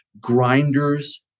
grinders